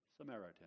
Samaritan